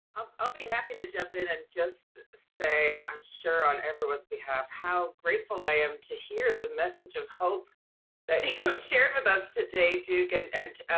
i'll be happy to jump in and just say, i'm sure on everyone's behalf, how grateful i am to hear the message of hope that you shared with us today, duke. and and